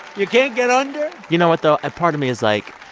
you can't get under you know what, though? a part of me is like,